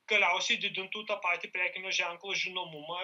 galiausiai didintų tą patį prekinio ženklo žinomumą